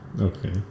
Okay